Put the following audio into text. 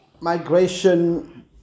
migration